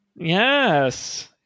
Yes